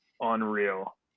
unreal